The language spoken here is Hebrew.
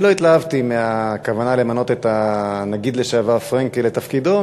אני לא התלהבתי מהכוונה למנות את הנגיד לשעבר פרנקל לתפקידו,